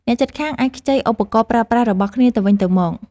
អ្នកជិតខាងអាចខ្ចីឧបករណ៍ប្រើប្រាស់របស់គ្នាទៅវិញទៅមក។